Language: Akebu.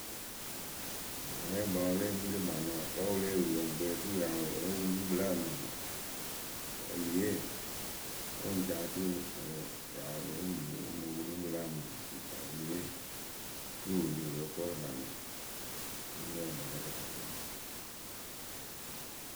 Wɛɛkpǝ ɨ lée kpii rɨ kpanɨwǝ kǝ́ wɨ lée wii wǝ ŋkpe oturu wɨ ya wɨ lóo wuru kpɨlǝ onuye wɨ ŋ ca oturu ŋwe wɨ ya wɨ lée wii wɨ ŋ mɨ wuru kpɨlǝ ma o- onuye tuu wɨ wili wɨ lóo ko rɨ kpanǝwǝ wɨ ri wɛɛkpǝ la kɨtakǝ wǝǝ.,